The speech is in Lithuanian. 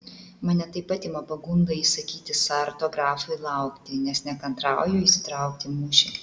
mane taip pat ima pagunda įsakyti sarto grafui laukti nes nekantrauju įsitraukti į mūšį